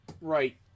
Right